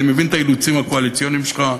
מבין את האילוצים הקואליציוניים שלך,